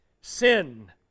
sin